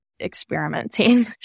experimenting